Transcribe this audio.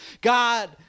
God